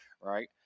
right